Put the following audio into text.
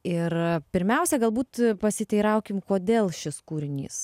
ir pirmiausia galbūt pasiteiraukim kodėl šis kūrinys